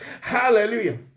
Hallelujah